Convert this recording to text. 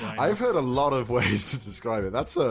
i've heard a lot of ways to describe it that's ah.